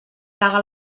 caga